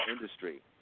industry